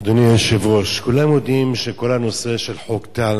אדוני היושב-ראש, כולם יודעים שכל הנושא של חוק טל